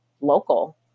local